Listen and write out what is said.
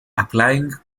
applying